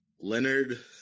Leonard